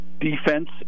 defense